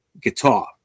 guitar